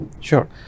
Sure